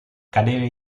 cadere